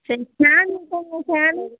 சரி ஃபேன் இருக்காங்க ஃபேனு